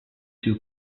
too